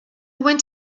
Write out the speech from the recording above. went